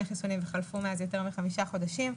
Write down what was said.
חיסונים וחלפו מאז יותר מחמישה חודשים.